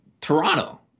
Toronto